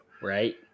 Right